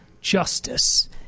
justice